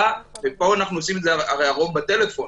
ופה אנחנו עושים הרי את הרוב בטלפון,